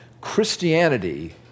Christianity